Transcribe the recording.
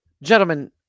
Gentlemen